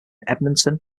edmonton